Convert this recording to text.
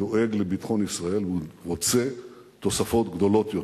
דואג לביטחון ישראל והוא רוצה תוספות גדולות יותר.